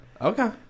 Okay